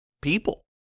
people